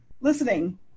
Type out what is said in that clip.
listening